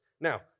Now